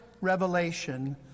revelation